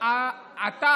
אין אמנה כזאת --- אתה